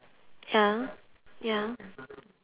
ya ya